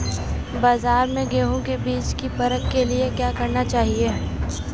बाज़ार में गेहूँ के बीज की परख के लिए क्या करना चाहिए?